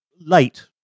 late